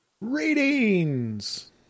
ratings